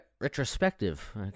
retrospective